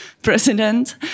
president